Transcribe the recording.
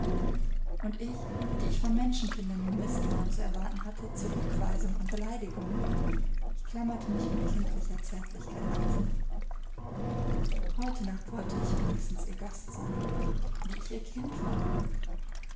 und ich die ich von menschenkindern nur mißtrauen zu erwarten hatte zurückweisung und beleidigungen ich klammerte mich mit kindlicher zärtlichkeit an sie heute nacht wollte ich wenigstens ihr gast sein wie ich ihr kind war